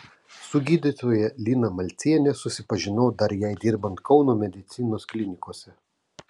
su gydytoja lina malciene susipažinau dar jai dirbant kauno medicinos klinikose